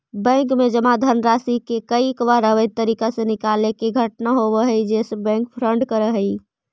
bank में जमा धनराशि के कईक बार अवैध तरीका से निकाले के घटना होवऽ हइ जेसे बैंक फ्रॉड करऽ हइ